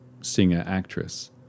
singer-actress